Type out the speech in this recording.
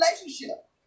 relationship